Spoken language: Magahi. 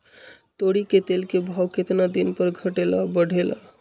तोरी के तेल के भाव केतना दिन पर घटे ला बढ़े ला?